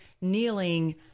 kneeling